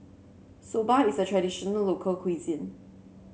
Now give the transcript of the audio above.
soba is a traditional local cuisine